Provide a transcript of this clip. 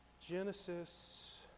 Genesis